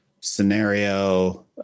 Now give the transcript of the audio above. scenario